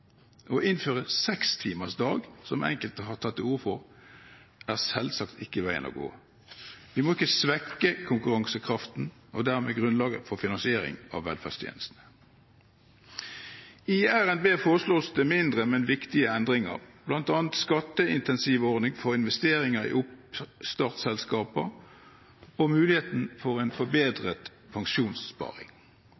Å innføre sekstimersdag, som enkelte har tatt til orde for, er selvsagt ikke veien å gå. Vi må ikke svekke konkurransekraften og dermed grunnlaget for finansiering av velferdstjenestene. I RNB foreslås det mindre, men viktige endringer, bl.a. en skatteincentivordning for investeringer i oppstartsselskaper og muligheten for en